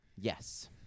Yes